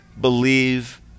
believe